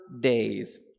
days